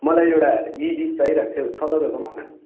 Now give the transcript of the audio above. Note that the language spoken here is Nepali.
मलाई एउटा जिनिस चाहिरहेको थियो हौ छ तपाईँहरूकोमा